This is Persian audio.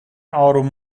آروم